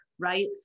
Right